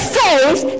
faith